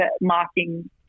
marking